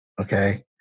okay